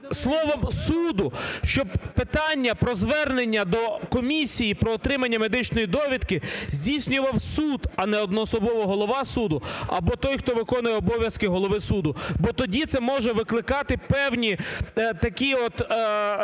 словом "суду", щоб питання про звернення до комісії про отримання медичної довідки здійснював суд, а не одноособово голова суду або той, хто виконує обов'язки голови суду. Бо тоді це може викликати певні такі от